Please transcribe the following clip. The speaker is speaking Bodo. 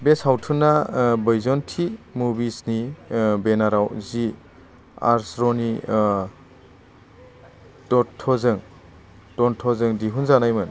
बे सावथुना वैजयन्ती मुभिजनि बैनाराव जि अश्विनी दत्तजों दिहुनजानायमोन